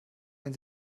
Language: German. wenn